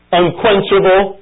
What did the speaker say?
unquenchable